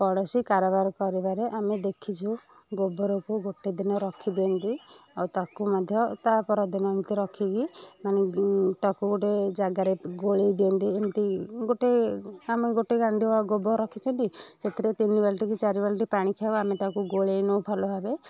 ପଡ଼ୋଶୀ କାରବାର କରିବାରେ ଆମେ ଦେଖିଛୁ ଗୋବରକୁ ଗୋଟେ ଦିନ ରଖିଦିଅନ୍ତି ଆଉ ତାକୁ ମଧ୍ୟ ତା ପରଦିନ ଏମିତି ରଖିକି ମାନେ ତାକୁ ଗୋଟେ ଜାଗାରେ ଗୋଳେଇ ଦିଅନ୍ତି ଏମିତି ଗୋଟେ ଆମେ ଗୋଟେ ଗାଣ୍ଡୁଆ ଗୋବର ରଖିଛନ୍ତି ସେଥିରେ ତିନିବାଲଟି କି ଚାରିବାଲଟି ପାଣିଖାଉ ଆମେ ତାକୁ ଗୋଳେଇ ନଉ ଭଲ ଭାବେ